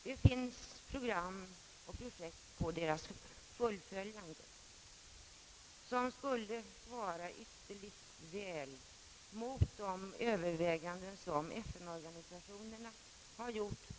Det finns program och projekt för deras fullföljande vilka ytterligt väl skulle svara mot de överväganden som FN-organisationerna gjort.